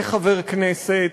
כחבר כנסת,